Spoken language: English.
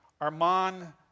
Armand